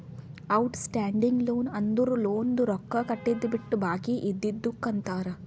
out standing loan ಅಂದುರ್ ಲೋನ್ದು ರೊಕ್ಕಾ ಕಟ್ಟಿದು ಬಿಟ್ಟು ಬಾಕಿ ಇದ್ದಿದುಕ್ ಅಂತಾರ್